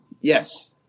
Yes